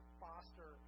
foster